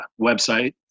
website